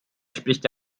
spricht